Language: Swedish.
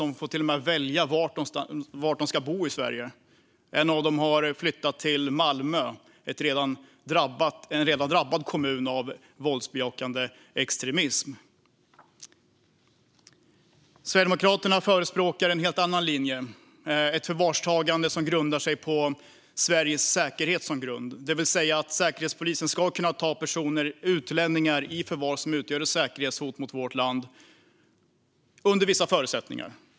De får till och med välja var i Sverige de ska bo. En av dem har flyttat till Malmö, en kommun som redan är drabbad av våldsbejakande extremism. Sverigedemokraterna förespråkar en helt annan linje, ett förvarstagande som grundar sig på Sveriges säkerhet, det vill säga att Säkerhetspolisen under vissa förutsättningar ska kunna ta personer - utlänningar - som utgör ett säkerhetshot mot vårt land i förvar.